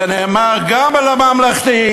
זה נאמר גם על הממלכתי,